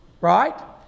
Right